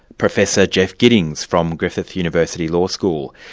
professor jeff giddings from griffith university law school.